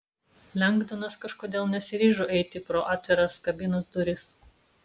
lengdonas kažkodėl nesiryžo eiti pro atviras kabinos duris